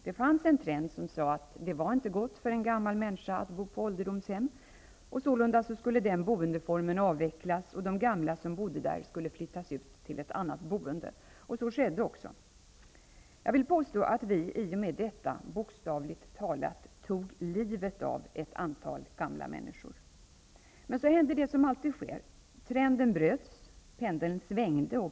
Det fanns en trend som sade att det inte var gott för en gammal människa att bo på ålderdomshem. Sålunda skulle den boendeformen avvecklas, och de gamla som bodde där skulle flyttas ut till ett annat boende. Så skedde också. Jag vill påstå att vi i och med detta bokstavligt talat tog livet av ett antal gamla människor. Men så hände det som alltid sker. Trenden bröts, och pendeln svängde.